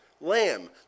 lamb